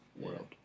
world